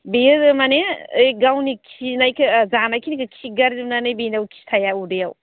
बेयो माने ओइ गावनि खिनायखौ जानायखिनिखौ खिगार जोबनानै बेनाव खि थाया उदैयाव